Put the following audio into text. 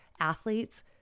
athletes